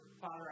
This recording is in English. Father